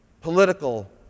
political